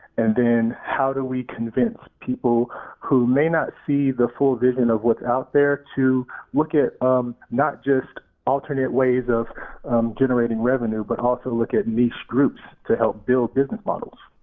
and then, how do we convince people who may not see the full vision of what's out there to look at not just alternate ways of generating revenue but also look at niche groups to help build business models?